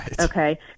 Okay